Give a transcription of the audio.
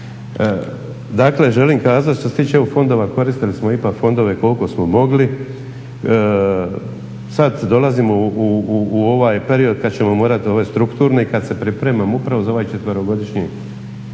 Dakle, želim kazati što se tiče EU fondova, koristili smo ipak fondove koliko smo mogli. Sad dolazimo u ovaj period kad ćemo morati ove strukturne i kad se pripremamo upravo za ovaj četverogodišnje